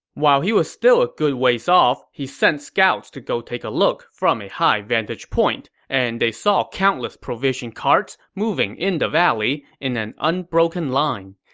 while he was still a good ways off, he sent scouts to go take a look from a high vantage point, and they saw countless provision carts moving in the valley in an unbroken line.